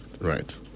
right